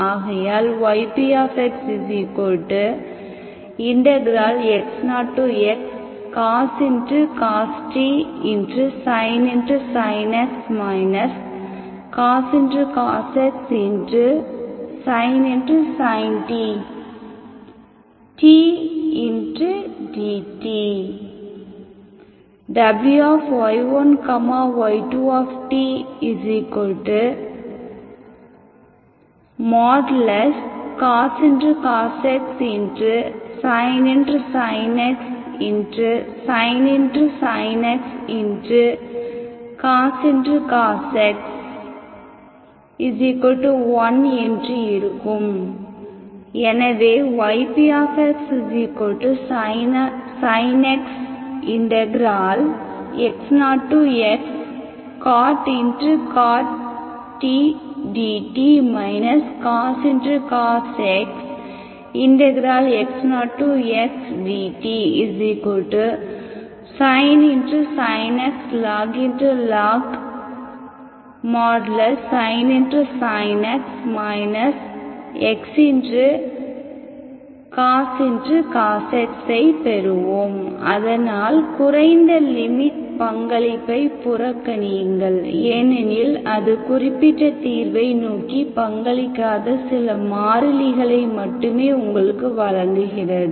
ஆகையால் ypxx0xcos t sin x cos x sin t t dtWy1 y2tcos x sin x sin x cos x 1என்று இருக்கும் எனவே ypxsinxx0xcot t dt cos xx0xdt sin x log |sin x | xcos x ஐ பெறுவோம் அதனால் குறைந்த limit பங்களிப்பை புறக்கணியுங்கள் ஏனெனில் அது குறிப்பிட்ட தீர்வை நோக்கி பங்களிக்காத சில மாறிலிகளை மட்டுமே உங்களுக்கு வழங்குகிறது